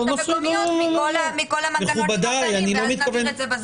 המקומיות מכל ה --- ואז נעביר את זה בזמן.